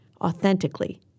authentically